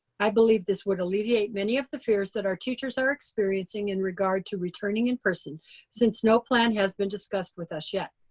i believe this would alleviate many of the fears that our teachers are experiencing in regard to returning in person since no plan has been discussed with us yet.